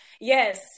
Yes